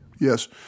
Yes